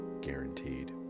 guaranteed